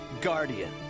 Guardian